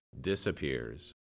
disappears